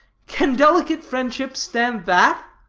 can delicate friendship stand that?